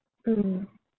mm